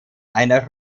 einer